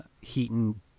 Heaton